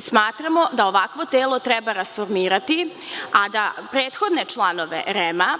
smatramo da ovakvo telo treba rasformirati, a da prethodne članove REM-a,